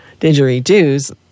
Didgeridoos